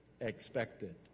expected